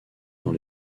dans